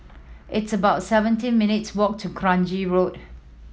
it's about seventeen minutes' walk to Kranji Road